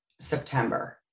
September